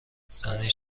زنی